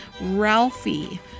Ralphie